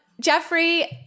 Jeffrey